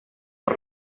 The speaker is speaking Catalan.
per